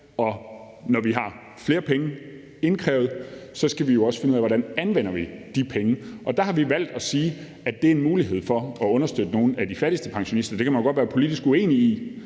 og når vi har flere penge indkrævet, skal vi jo også finde ud af, hvordan vi anvender de penge. Der har vi valgt at sige, at det er en mulighed for at understøtte nogle af de fattigste pensionister. Det kan man godt være politisk uenig i,